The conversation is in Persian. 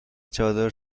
چادر